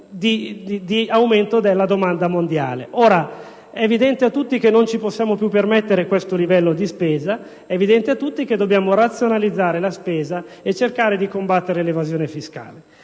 di aumento della domanda mondiale. Ora, è evidente a tutti che noi non possiamo più permetterci questo livello di spesa, come è evidente a tutti che dobbiamo razionalizzare la spesa e cercare di combattere l'evasione fiscale.